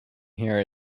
hear